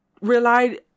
relied